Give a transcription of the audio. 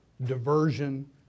diversion